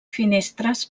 finestres